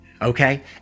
Okay